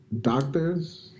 doctors